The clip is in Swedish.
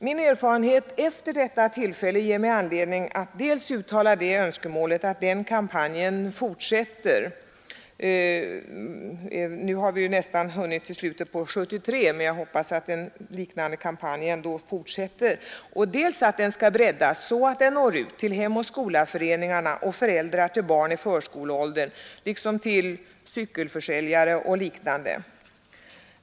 Min erfarenhet efter detta tillfälle ger mig anledning att uttala det önskemålet att en sådan kampanj dels fortsätter — nu har vi nästan hunnit till slutet av 1973, men jag hoppas att en liknande kampanj igångsättes —, dels breddas så att den når ut till Hemoch skola-föreningarna och till föräldrarna till barn i förskoleåldern liksom till cykelförsäljare och liknande.